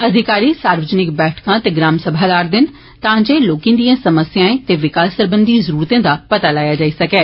अधिकारी सार्वजनिक बैठका ते ग्राम सभा ला'रदे न तां जे लोकें दिए समस्याएं ते विकास सरबंधी जरूरतें दा पता लाया जाई सकै